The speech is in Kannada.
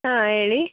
ಹಾಂ ಹೇಳಿ